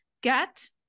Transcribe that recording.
Get